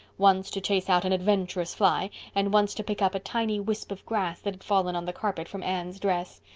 once to chase out an adventurous fly, and once to pick up a tiny wisp of grass that had fallen on the carpet from anne's dress.